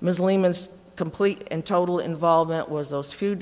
muslim and complete and total involvement was those few